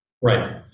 Right